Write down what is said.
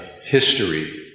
history